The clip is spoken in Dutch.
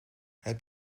heb